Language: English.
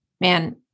man